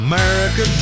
America